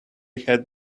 had